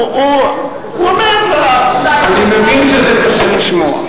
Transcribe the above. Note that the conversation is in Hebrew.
הוא אומר, נו, אתה צודק, אני מבין שזה קשה לשמוע.